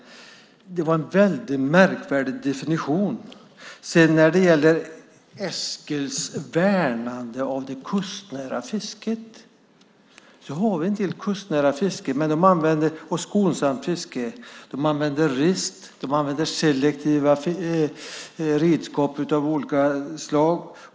Det var en väldigt märkvärdig definition. När det sedan gäller Eskils värnande om det kustnära fisket har vi en del kustnära och skonsamt fiske, men de använder rist. De använder selektiva redskap av olika slag.